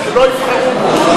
שלא יבחרו בו.